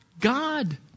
God